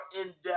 in-depth